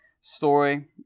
story